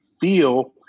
feel